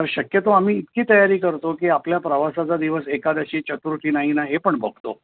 तर शक्यतो आम्ही इतकी तयारी करतो की आपल्या प्रवासाचा दिवस एकादशी चतुर्थी नाही ना हे पण बघतो